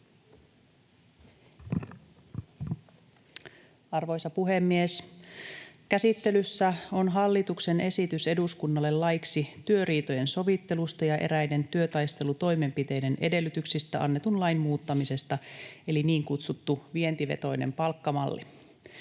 speech Section: 4 - Hallituksen esitys eduskunnalle laiksi työriitojen sovittelusta ja eräiden työtaistelutoimenpiteiden edellytyksistä annetun lain muuttamisesta Time: 18:26 Content: Kiitos,